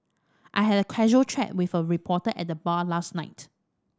I had a casual chat with a reporter at the bar last night